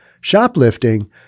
shoplifting